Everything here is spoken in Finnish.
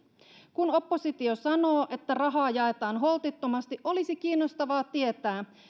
kun oppositio sanoo että rahaa jaetaan holtittomasti olisi kiinnostavaa tietää